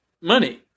money